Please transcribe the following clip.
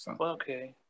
Okay